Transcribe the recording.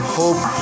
hope